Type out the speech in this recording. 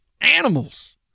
animals